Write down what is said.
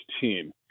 team